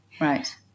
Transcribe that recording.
Right